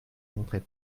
montrait